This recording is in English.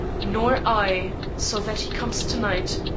nor i, so that he comes to-night,